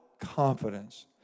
confidence